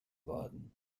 worden